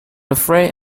afraid